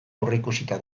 aurreikusita